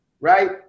right